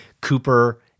Cooper